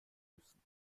müssen